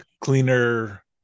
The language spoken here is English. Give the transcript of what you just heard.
cleaner